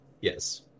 Yes